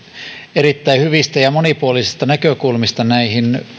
erittäin hyvistä ja monipuolisista näkökulmista näihin